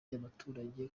y’abaturage